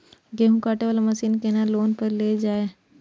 गेहूँ काटे वाला मशीन केना लोन पर लेल जाय?